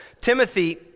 Timothy